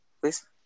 please